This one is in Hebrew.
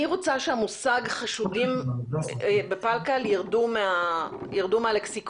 אני רוצה שהמושג "חשודים" בפלקל ירד מהלקסיקון.